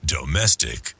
Domestic